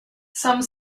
some